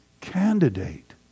candidate